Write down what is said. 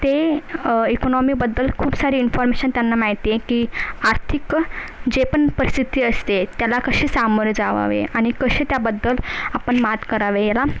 ते इकोनॉमीबद्दल खूप सारी इन्फॉर्मेशन त्यांना माहिती आहे की आर्थिक जे पण परिस्थिती असते त्याला कसे सामोरे जावे आणि कसे त्याबद्दल आपण मात करावे याला